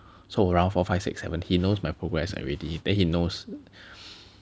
so around four five six seven he knows my progress already then he knows